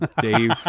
Dave